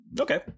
Okay